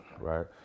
right